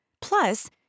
Plus